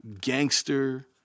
gangster